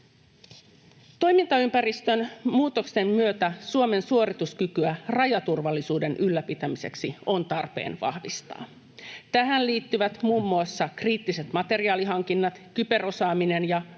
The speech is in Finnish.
Toimintaympäristön muutosten myötä Suomen suorituskykyä rajaturvallisuuden ylläpitämiseksi on tarpeen vahvistaa. Tähän liittyvät muun muassa kriittiset materiaalihankinnat, kyberosaaminen ja rajojen